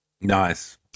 Nice